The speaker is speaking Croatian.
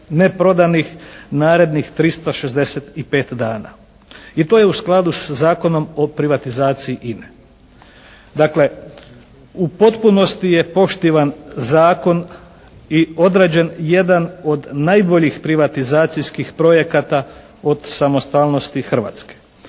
ne prodanih narednih 365 dana. I to je u skladu sa Zakonom o privatizaciji INA-e. Dakle, u postupnosti je poštivan zakon i odrađen jedan od najboljih privatizacijskih projekata od samostalnosti Hrvatske.